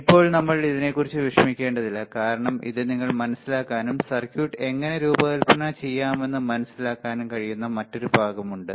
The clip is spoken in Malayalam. ഇപ്പോൾ നമ്മൾ ഇതിനെക്കുറിച്ച് വിഷമിക്കേണ്ടതില്ല കാരണം ഇത് നിങ്ങൾക്ക് മനസിലാക്കാനും സർക്യൂട്ട് എങ്ങനെ രൂപകൽപ്പന ചെയ്യാമെന്ന് മനസിലാക്കാനും കഴിയുന്ന മറ്റൊരു ഭാഗം ഉണ്ട്